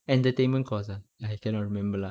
entertainment course ah I cannot remember lah